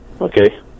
Okay